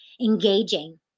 engaging